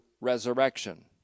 resurrection